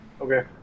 Okay